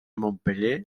montpeller